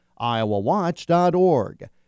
iowawatch.org